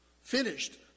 finished